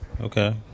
Okay